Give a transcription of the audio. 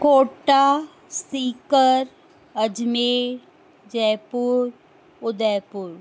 Kota Sikar Ajmer Jaipur Udaipur